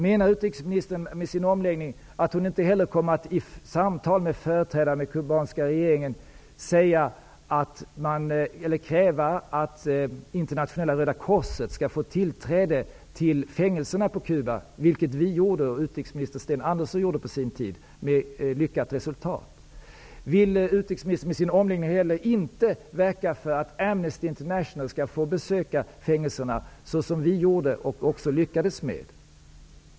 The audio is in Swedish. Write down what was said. Menar utrikesministern med sin omläggning att hon inte heller i samtal med företrädare för den kubanska regeringen kommer att kräva att internationella Röda korset skall få tillträde till fängelserna på Cuba, vilket vi och utrikesminister Sten Andersson på sin tid gjorde med lyckat resultat? Vill utrikesministern med sin omläggning heller inte verka för att Amnesty International skall få besöka fängelserna, såsom vi gjorde och också lyckades med?